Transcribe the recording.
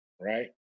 right